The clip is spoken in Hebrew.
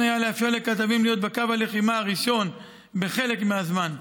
היה לאפשר לכתבים להיות בקו הלחימה הראשון בחלק מהזמן.